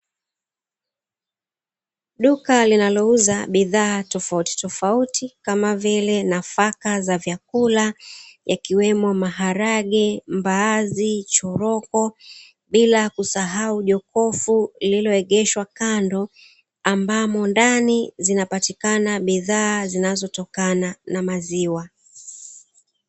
Duka linalouza bidhaa tofautitofauti, kama vile: nafaka za vyakula yakiwemo maharage, mbaazi, choroko, bila kusahau jokofu lililoegeshwa kando ambamo, ndani zinapatikana bidhaa zinazotokana na maziwa.